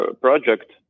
project